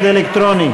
מצביעים אלקטרונית